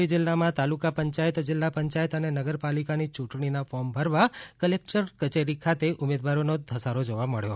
અરવલ્લી જિલ્લામાં તાલુકા પંચાયત જિલ્લા પંચાયત અને નગરપાલિકાની યૂંટણીનાં ફોર્મ ભરવા કલેકટર કચેરી ખાતે ઉમેદવારોનો ધસારો જોવા મળ્યો